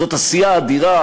זאת עשייה אדירה,